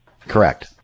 Correct